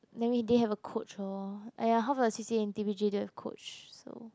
then we didn't have a coach orh !aiya! half the C_C_A in T_P_J don't have coach so